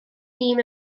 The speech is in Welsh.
dîm